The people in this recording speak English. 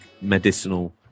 medicinal